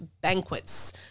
banquets